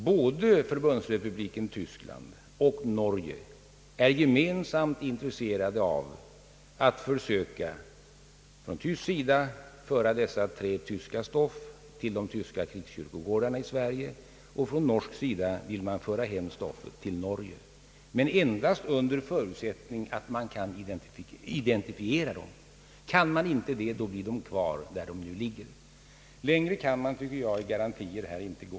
Både Förbundsrepubliken Tyskland och Norge är intresserade av att försöka från tysk sida att föra dessa tre tyska stoft till de tyska krigskyrkogårdarna i Sverige och från norsk sida att föra hem det norska stoftet till Norge, men endast under förutsättning att man kan identifiera de avlidna. Kan man inte göra det, blir de kvar där de nu ligger. Längre kan vi, tycker jag, i fråga om garantier inte gå.